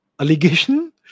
allegation